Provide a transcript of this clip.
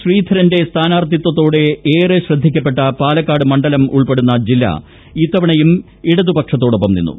ശ്രീധരന്റെ സ്ഥാനാർത്ഥിത്തതോടെ ഏറെ ശ്രദ്ധിക്കപ്പെട്ട പാലക്കാട് മണ്ഡലം ഉൾപ്പെടുന്ന ജില്ല ഇത്തവണയും ഇടതു പക്ഷത്തോടൊപ്പം നിന്നു